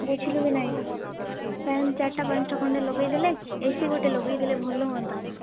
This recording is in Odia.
ବୁଝିଲୁ କି ନାହିଁ ଫ୍ୟାନ୍ ଚାରିଟା ପାଞ୍ଚଟା ଖଣ୍ଡେ ଲଗାଇ ଦେଲେ ଏ ସି ଗୋଟେ ଲଗାଇ ଦେଲେ ଭଲ ହୁଅନ୍ତା